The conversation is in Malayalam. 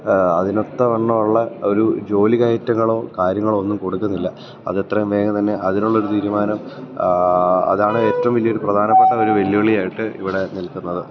അതിനൊത്ത വണ്ണമുള്ള ഒരു ജോലികയറ്റങ്ങളോ കാര്യങ്ങളോ ഒന്നും കൊടുക്കുന്നില്ല അതെത്രയും വേഗം തന്നെ അതിനുള്ളൊരു തീരുമാനം അതാണ് ഏറ്റവും വലിയൊരു പ്രധാനപ്പെട്ട ഒരു വെല്ലുവിളിയായിട്ട് ഇവിടെ നിൽക്കുന്നത്